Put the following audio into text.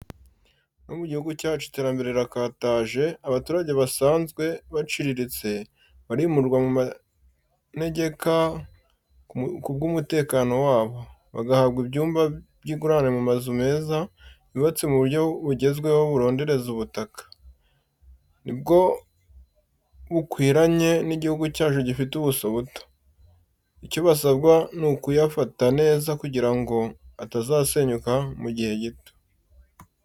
No mu gihugu cyacu iterambere rirakataje, abaturage basanzwe baciriritse, barimurwa mu manegeka ku bw'umutekano wabo, bagahabwa ibyumba by'ingurane mu mazu meza, yubatse mu buryo bugezweho burondereza ubutaka, ni bwo bukwiranye n'igihugu cyacu gifite ubuso buto. Icyo basabwa ni ukuyafata neza kugira ngo atazasenyuka mu gihe gito.